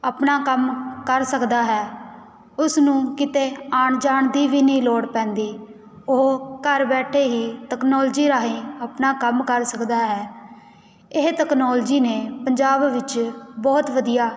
ਆਪਣਾ ਕੰਮ ਕਰ ਸਕਦਾ ਹੈ ਉਸ ਨੂੰ ਕਿਤੇ ਆਉਣ ਜਾਣ ਦੀ ਵੀ ਨਹੀਂ ਲੋੜ ਪੈਂਦੀ ਉਹ ਘਰ ਬੈਠੇ ਹੀ ਟੈਕਨੋਲਜੀ ਰਾਹੀਂ ਆਪਣਾ ਕੰਮ ਕਰ ਸਕਦਾ ਹੈ ਇਹ ਟੈਕਨੋਲਜੀ ਨੇ ਪੰਜਾਬ ਵਿੱਚ ਬਹੁਤ ਵਧੀਆ